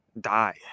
die